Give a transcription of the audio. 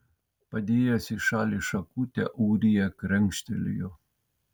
padėjęs į šalį šakutę ūrija krenkštelėjo